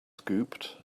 scooped